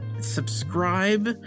subscribe